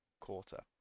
quarter